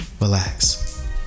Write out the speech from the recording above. Relax